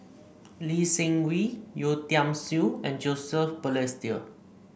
Lee Seng Wee Yeo Tiam Siew and Joseph Balestier